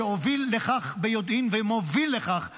שהוביל לכך ביודעין ומוביל לכך ביודעין,